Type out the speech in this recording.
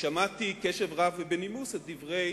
שמעתי בקשב רב ובנימוס את דברי